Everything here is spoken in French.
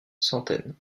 centaine